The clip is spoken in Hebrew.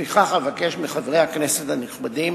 לפיכך אבקש מחברי הכנסת הנכבדים